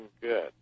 good